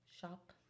shop